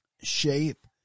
shape